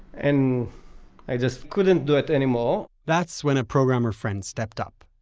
and i just couldn't do it anymore that's when a programer friend stepped up,